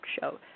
Show